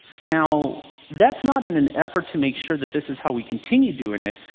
now, that's not in an effort to make sure that this is how we continue doing it.